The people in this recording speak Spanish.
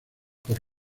por